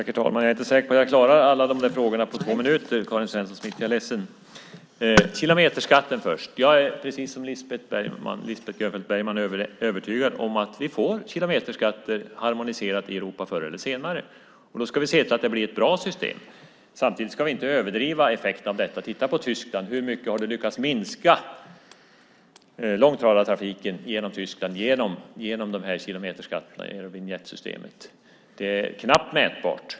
Herr talman! Jag är inte säker att jag klarar att besvara alla frågorna på två minuter, Karin Svensson Smith. Jag är ledsen. Jag tar först frågan om kilometerskatt. Jag är, precis som Lisbeth Grönfeldt Bergman, övertygad om att kilometerskatter förr eller senare kommer att harmoniseras i Europa. Det kommer att bli ett bra system. Samtidigt ska vi inte överdriva effekten av detta. Titta på Tyskland. Hur mycket har kilometerskatten och Eurovinjettsystemet lyckats minska långtradartrafiken genom Tyskland? Det är knappt mätbart.